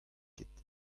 ket